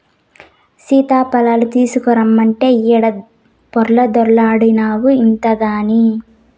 సీతాఫలాలు తీసకరమ్మంటే ఈడ పొర్లాడతాన్డావు ఇంతగని